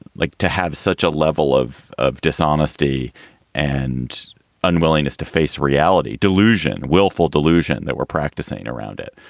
like, to have such a level of of dishonesty and unwillingness to face reality, delusion, willful delusion that we're practicing around it.